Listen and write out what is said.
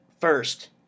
first